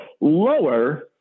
lower